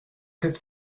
quatre